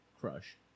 crush